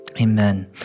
amen